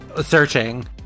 searching